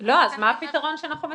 מה הפתרון שמציעים?